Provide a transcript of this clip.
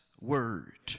word